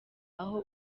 aho